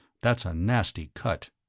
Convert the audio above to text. that's a nasty cut.